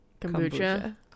Kombucha